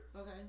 Okay